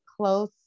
close